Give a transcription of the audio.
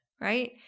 right